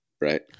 right